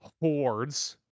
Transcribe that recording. hordes